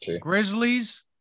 Grizzlies